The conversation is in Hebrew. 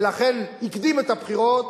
ולכן הקדים את הבחירות,